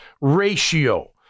ratio